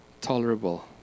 tolerable